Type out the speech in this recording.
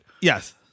Yes